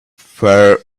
faring